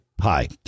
hi